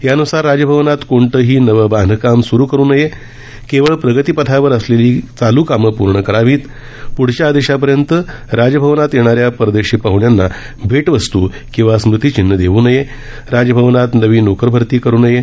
यानुसार राजभवनात कोणतंही नवं बांधकाम सुरू नये केवळ प्रगतीपथावर असलेली चालू कामं पूर्ण करावीत प्ढील आदेशापर्यंत राजभवनात येणाऱ्या परदेशी पाहण्यांना भेटवस्त् अथवा स्मृतीचिन्ह देऊ नये राजभवनात नवी नोकर भरती करु नये